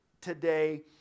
today